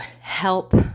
help